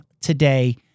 today